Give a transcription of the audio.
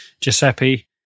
Giuseppe